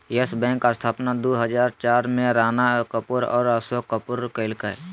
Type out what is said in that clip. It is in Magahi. यस बैंक स्थापना दू हजार चार में राणा कपूर और अशोक कपूर कइलकय